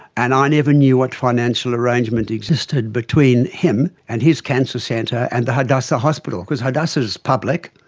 and i never knew what financial arrangement existed between him and his cancer centre and the hadassah hospital. because hadassah is public,